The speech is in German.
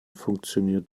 funktioniert